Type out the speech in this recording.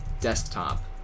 Desktop